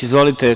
Izvolite.